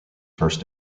first